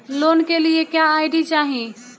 Loan के लिए क्या आई.डी चाही?